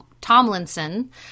Tomlinson